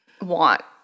want